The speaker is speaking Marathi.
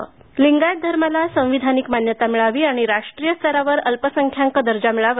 लिंगायत मोर्चा लिंगायत धर्माला संविधानिक मान्यता मिळावी आणि राष्ट्रीय स्तरावर अल्पसंख्यांक दर्जा मिळावा